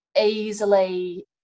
easily